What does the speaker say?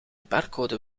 barcode